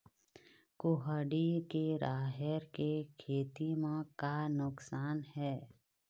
कुहड़ी के राहेर के खेती म का नुकसान हे?